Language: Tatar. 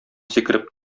сикереп